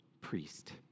priest